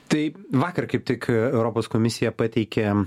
tai vakar kaip tik a europos komisija pateikėm